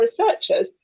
researchers